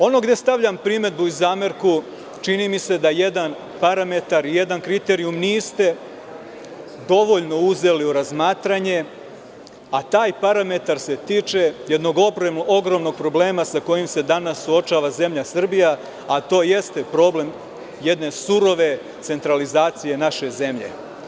Ono gde stavljam primedbu i zamerku, čini mi se da jedan parametar i jedan kriterijum niste dovoljno uzeli u razmatranje, a taj parametar se tiče jednog ogromnog problema sa kojim se danas suočava zemlja Srbija – problem surove centralizacije naše zemlje.